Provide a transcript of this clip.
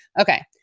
Okay